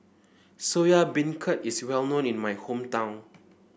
Soya Beancurd is well known in my hometown